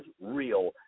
real